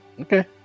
Okay